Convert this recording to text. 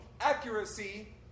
accuracy